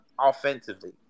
offensively